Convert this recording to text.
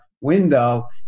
window